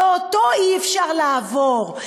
ואותו אי-אפשר לעבור,